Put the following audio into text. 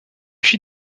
fit